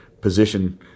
position